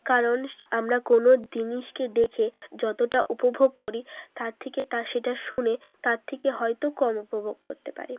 কারণ আমরা কোনও জিনিসকে দেখে যতটা উপভোগ করি তার থেকে তার সেটা শুনে তার থেকে হয়তো কম উপভোগ করতে পারি